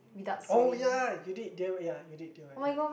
oh ya you did D_I_Y ya you did D_I_Y ya